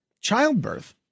childbirth